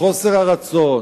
וחוסר הרצון